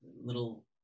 little